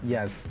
Yes